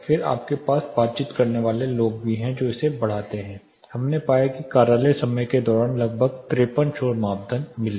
फिर आपके पास बातचीत करने वाले लोग भी हैं जो इसे बढ़ाते हैं हमने पाया कि हमें कार्यालय समय के दौरान लगभग 53 शोर मापदंड मिले